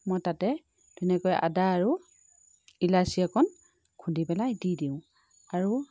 মই তাতে ধুনীয়াকৈ আদা আৰু ইলাচি অকণ খুন্দি পেলাই দি দিওঁ আৰু